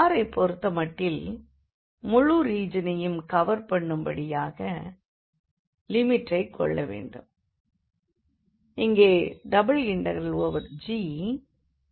r ஐப்பொருத்த மட்டில் முழு ரீஜனையும் கவர் பண்ணும் படியான லிமிட்டைக் கொள்ள வேண்டும்